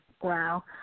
Wow